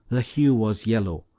the hue was yellow,